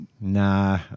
Nah